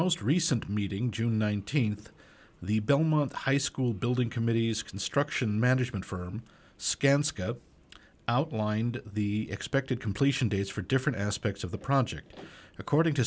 most recent meeting june th the belmont high school building committee's construction management firm scans outlined the expected completion dates for different aspects of the project according to